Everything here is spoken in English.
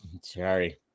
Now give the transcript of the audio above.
Sorry